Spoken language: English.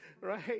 Right